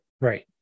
Right